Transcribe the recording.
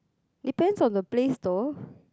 depends on the place though